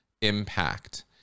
impact